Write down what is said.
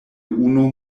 unu